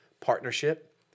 partnership